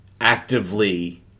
actively